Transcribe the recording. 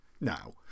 Now